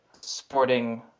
sporting